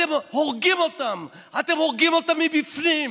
אתם הורגים אותם, אתם הורגים מבפנים.